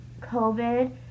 COVID